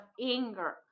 anger